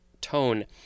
tone